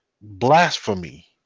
blasphemy